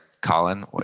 Colin